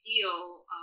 deal